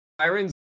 sirens